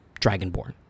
dragonborn